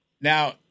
now